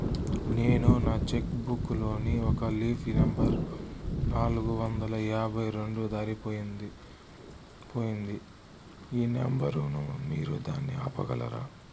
నేను నా cheque book లోని ఒక లీఫ్ నెంబర్ నాలుగు వందల యాభై రెండు దారిపొయింది పోయింది ఈ నెంబర్ ను మీరు దాన్ని ఆపగలరా?